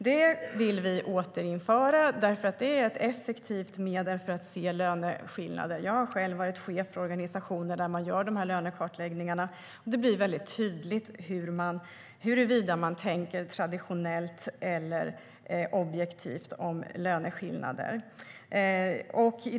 Det vill vi återinföra, för det är ett effektivt medel för att se löneskillnader. Jag har själv varit chef för organisationer där man gör sådana lönekartläggningar. Det blir väldigt tydligt huruvida man tänker traditionellt eller objektivt om löneskillnader.